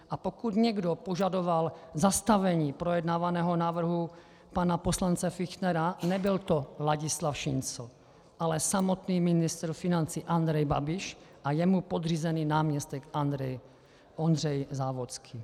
A pokud někdo požadoval zastavení projednávaného návrhu pana poslance Fichtnera, nebyl to Ladislav Šincl, ale samotný ministr financí Andrej Babiš a jemu podřízený náměstek Ondřej Závodský.